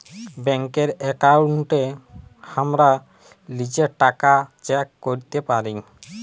ব্যাংকের একাউন্টে হামরা লিজের টাকা চেক ক্যরতে পারি